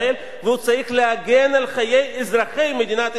והוא צריך להגן על חיי אזרחי מדינת ישראל.